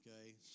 Okay